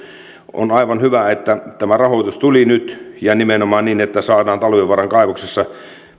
on aivan hyvä että tämä rahoitus tuli nyt ja nimenomaan niin että saadaan talvivaaran kaivoksessa